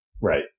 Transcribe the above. Right